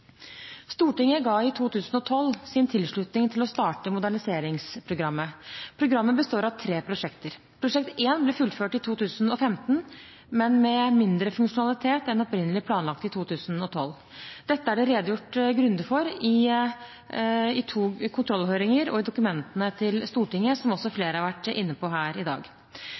Stortinget ga i 2012 sin tilslutning til å starte Moderniseringsprogrammet. Programmet består av tre prosjekter. Prosjekt 1 ble fullført i 2015, men med mindre funksjonalitet enn opprinnelig planlagt i 2012. Dette er det redegjort grundig for i to kontrollhøringer og i dokumentene til Stortinget, som også flere har vært inne på her i dag.